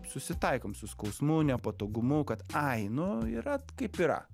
susitaikom su skausmu nepatogumu kad ai nu yra kaip yra